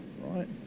right